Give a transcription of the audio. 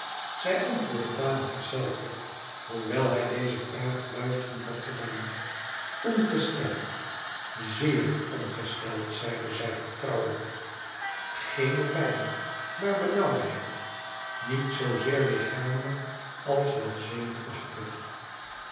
zij antwoordde dadelijk zelve hoewel hij deze vraag fluisterend had gedaan ongesteld zeer ongesteld zeide zij vertrouwelijk geene pijn maar benauwdheid niet zoozeer lichamelijk als wel zenuwachtig